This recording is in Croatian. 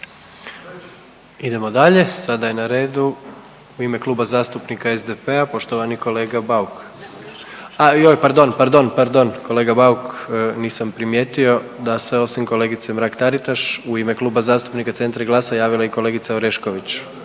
Idemo dalje, sada je na redu u ime Kluba zastupnika SDP-a poštovani kolega Bauk. Ajoj pardon, pardon, pardon kolega Bauk nisam primijetio da se osim kolegice Mrak Taritaš u ime Kluba zastupnika Centra i GLAS-a javila i kolegica Orešković